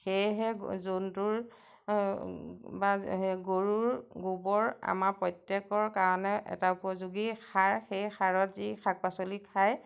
সেয়েহে জন্তুৰ বা গৰুৰ গোবৰ আমাৰ প্ৰত্যেকৰ কাৰণে এটা উপযোগী সাৰ সেই সাৰত যি শাক পাচলি খায়